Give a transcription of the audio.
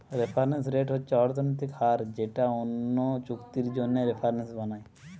reference rate হচ্ছে অর্থনৈতিক হার যেটা অন্য চুক্তির জন্যে রেফারেন্স বানায়